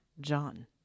John